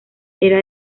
era